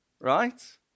right